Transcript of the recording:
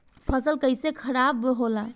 फसल कैसे खाराब होला?